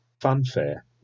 fanfare